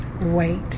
wait